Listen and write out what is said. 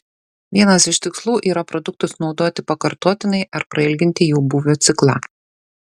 vienas iš tikslų yra produktus naudoti pakartotinai ar prailginti jų būvio ciklą